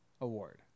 award